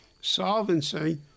solvency